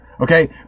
Okay